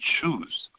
choose